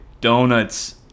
donuts